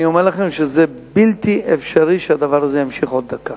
אני אומר לכם שזה בלתי אפשרי שהדבר הזה יימשך עוד דקה.